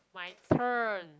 my turn